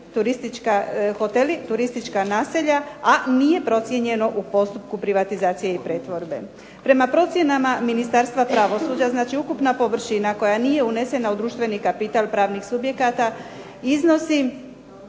turistička naselja, a nije procijenjeno u postupku privatizacije i pretvorbe. Prema procjenama Ministarstva pravosuđa znači ukupna površina koja nije unesena u društveni kapital pravnih subjekata iznosi